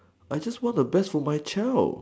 I just want the best for my child